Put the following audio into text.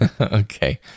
Okay